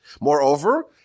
Moreover